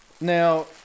Now